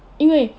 因为